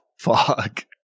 fuck